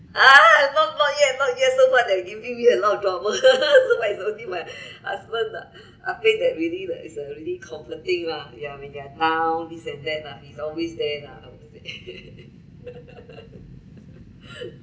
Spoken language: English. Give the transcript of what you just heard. ah not yet not yet so far they are giving me a lot of drama so far don't really my husband ah I pay that really like is really a comforting lah ya when you are down this and that lah he's always there lah